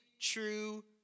true